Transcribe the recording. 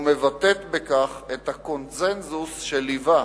ומבטאת בכך את הקונסנזוס שליווה